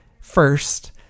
first